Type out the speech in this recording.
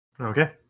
Okay